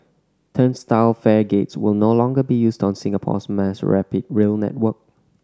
turnstile fare gates will no longer be used on Singapore's mass rapid rail network